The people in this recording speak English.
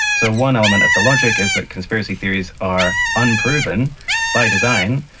so one element of the logic is that conspiracy theories are unproven by design,